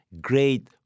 great